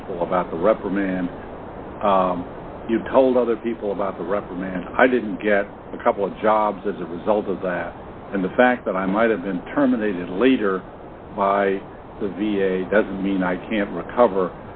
people about the reprimand you told other people about the reprimand i didn't get a couple of jobs as a result of that and the fact that i might have been terminated later by the v a doesn't mean i can't recover